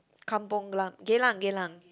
Kampung-glam Geylang Geylang